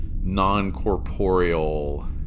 non-corporeal